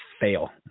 fail